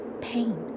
pain